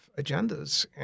agendas